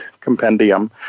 compendium